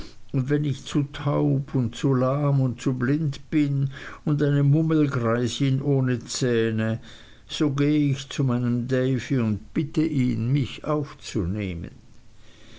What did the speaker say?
und wenn ich zu taub und zu lahm und zu blind bin und eine mümmelgreisin ohne zähne so geh ich zu meinem davy und bitte ihn mich aufzunehmen